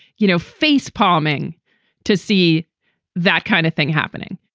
you know, face palming to see that kind of thing happening.